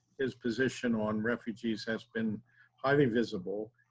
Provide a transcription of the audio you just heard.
his position on refugees has been highly visible,